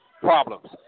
problems